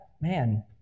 man